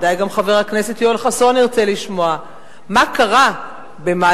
ודאי גם חבר הכנסת יואל חסון ירצה לשמוע מה קרה במהלך